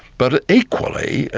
but equally,